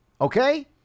Okay